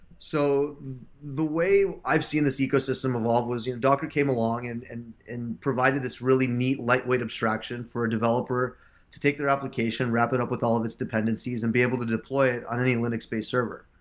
so the way i've seen this ecosystem evolve, you know docker came along and and and provided this really neat lightweight abstraction for a developer to take their application, wrap it up with all of its dependencies, and be able to deploy it on any linux based server.